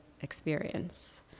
experience